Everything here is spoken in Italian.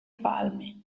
palmi